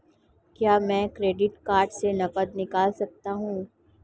क्या मैं credit card से नकद निकाल सकता हूँ?